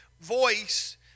voice